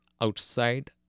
outside